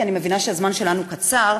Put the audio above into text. כי אני מבינה שהזמן שלנו קצר,